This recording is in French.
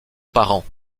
parent